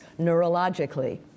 neurologically